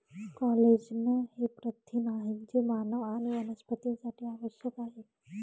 collagen हे प्रथिन आहे जे मानव आणि वनस्पतींसाठी आवश्यक आहे